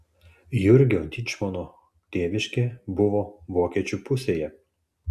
jurgio dyčmono tėviškė buvo vokiečių pusėje